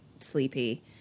sleepy